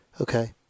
Okay